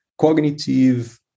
cognitive